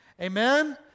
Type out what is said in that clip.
amen